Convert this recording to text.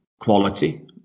quality